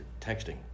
texting